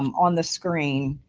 on the screen.